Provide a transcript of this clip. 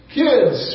kids